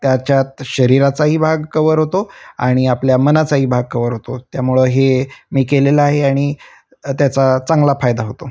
त्याच्यात शरीराचाही भाग कवर होतो आणि आपल्या मनाचाही भाग कवर होतो त्यामुळं हे मी केलेलं आहे आणि त्याचा चांगला फायदा होतो